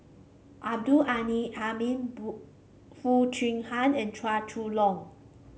Abdul Hamid Foo Chee Han and Chua Chong Long